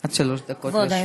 עד שלוש דקות לרשותך.